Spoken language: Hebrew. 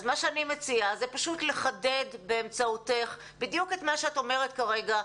אז מה שאני מציעה זה פשוט לחדד באמצעותך בדיוק את מה שאת אומרת כרגע,